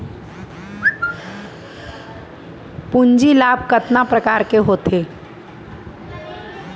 पूंजी लाभ कतना प्रकार के होथे?